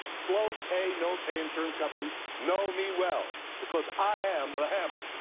slow-pay, no-pay insurance companies know me well because i am the hammer.